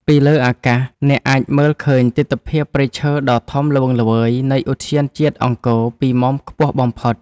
ពីលើអាកាស អ្នកអាចមើលឃើញទិដ្ឋភាពព្រៃឈើដ៏ធំល្វឹងល្វើយនៃឧទ្យានជាតិអង្គរពីមុំខ្ពស់បំផុត។